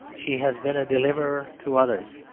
she has been a deliverer to others.